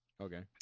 Okay